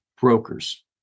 brokers